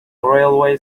railway